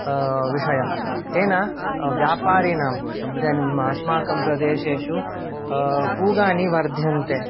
विषयः तेन व्यापारिणां इदानीम् अस्माकं प्रदेशेषु पूगानि वर्ध्यन्ते